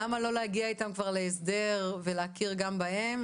למה לא להגיע איתם כבר להסדר ולהכיר גם בהם,